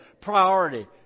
Priority